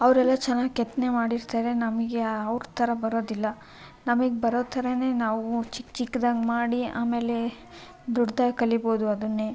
ಅವರೆಲ್ಲ ಚೆನ್ನಾಗಿ ಕೆತ್ತನೆ ಮಾಡಿರ್ತಾರೆ ನಮಗೆ ಅವರ ಥರ ಬರೋದಿಲ್ಲ ನಮಗೆ ಬರೋ ಥರನೇ ನಾವು ಚಿಕ್ಕ ಚಿಕ್ಕದಾಗಿ ಮಾಡಿ ಅಮೇಲೆ ದೊಡ್ಡದಾಗಿ ಕಲೀಬೋದು ಅದನ್ನೇ